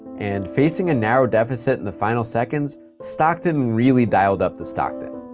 and, facing a narrow deficit in the final seconds, stockton really dialed up the stockton.